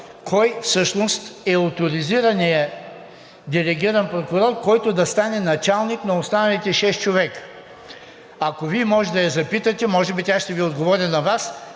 е права, е оторизираният делегиран прокурор, който да стане началник на останалите шест човека? Ако Вие може да я запитате, може би тя ще Ви отговори на Вас,